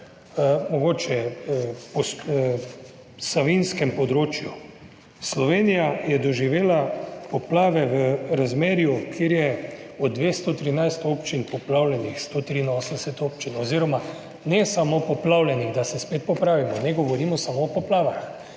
mogoče savinjskem področju. Slovenija je doživela poplave v razmerju, kjer je od 213 občin poplavljenih 183 občin oziroma ne samo poplavljenih, da se spet popravimo, ne govorimo samo o poplavah,